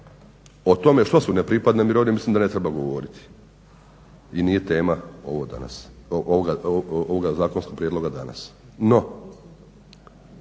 O tome što su nepripadne mirovine mislim da ne treba govoriti i nije tema ovoga zakonskog prijedloga danas.